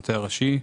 המטה הראשי.